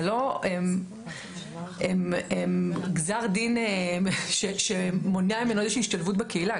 זה לא גזר דין שמונע ממנו איזושהי השתלבות בקהילה.